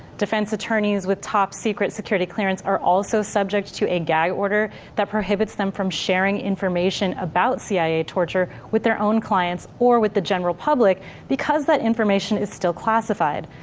defense attorneys with top secret security clearance are also subject to a gag order that prohibits them from sharing information about cia torture with their own clients or with the general public because that information is still classified.